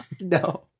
No